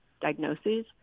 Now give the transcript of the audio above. diagnoses